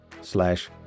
slash